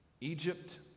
Egypt